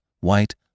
white